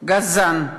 גזען.